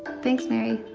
thanks, mary.